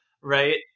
right